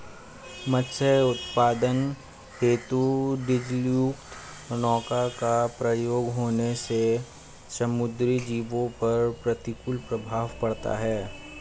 मत्स्य उत्पादन हेतु डीजलयुक्त नौका का प्रयोग होने से समुद्री जीवों पर प्रतिकूल प्रभाव पड़ता है